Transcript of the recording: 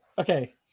okay